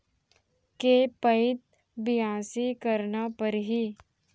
के पइत बियासी करना परहि?